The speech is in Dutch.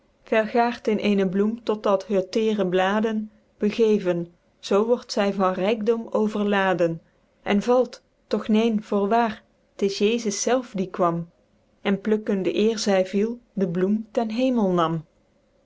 vergaert in eene bloem tot dat heur teêre bladen begeven zoo wordt zy van rykdom overladen en valt toch neen voorwaer t is jesus zelf die kwam en plukkende éér zy viel de bloem ten hemel nam